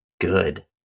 good